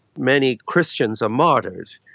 many christians are martyred,